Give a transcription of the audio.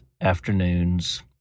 afternoons